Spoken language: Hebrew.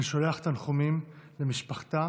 אני שולח תנחומים למשפחתה.